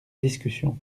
discussion